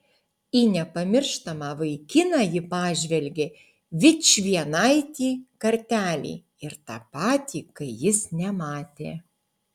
į nepamirštamą vaikiną ji pažvelgė vičvienaitį kartelį ir tą patį kai jis nematė